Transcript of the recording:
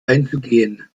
einzugehen